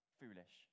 foolish